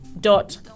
dot